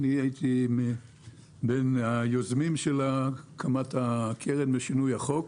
הייתי בין היוזמים של הקמת הקרן ושינוי החוק,